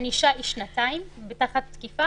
הענישה היא שנתיים ותחת תקיפה,